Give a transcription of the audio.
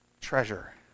treasure